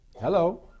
Hello